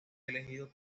elegido